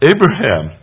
Abraham